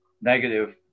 negative